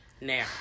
Now